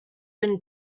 been